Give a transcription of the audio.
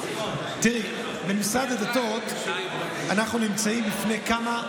תראי, במשרד הדתות אנחנו נמצאים לפני כמה,